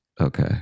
okay